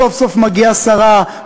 סוף-סוף מגיעה שרה,